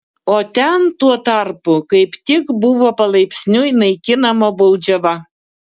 o ten tuo tarpu kaip tik buvo palaipsniui naikinama baudžiava